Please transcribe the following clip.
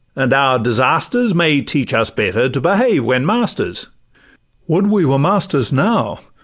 and our disasters may teach us better to behave when masters would we were masters now,